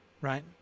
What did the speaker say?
right